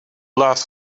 love